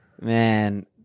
Man